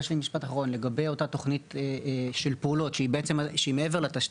לגבי אותה תוכנית של פעולות שהיא מעבר לתשתית,